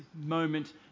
moment